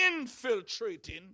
infiltrating